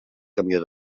camió